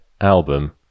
album